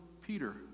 Peter